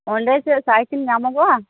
ᱚᱸᱰᱮ ᱪᱮᱫ ᱥᱟᱭᱠᱮᱞ ᱧᱟᱢᱚᱜᱚᱜᱼᱟ